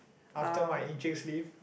after my Enciks leave